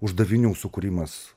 uždavinių sukūrimas